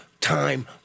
time